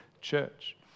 church